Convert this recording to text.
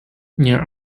near